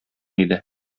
иде